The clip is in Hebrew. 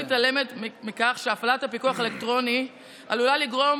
שהפעלת הפיקוח האלקטרוני עלולה לגרום